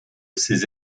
ses